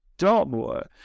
Dartmoor